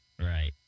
Right